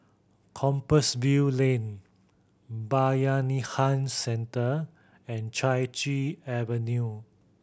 Compassvale Lane Bayanihan Centre and Chai Chee Avenue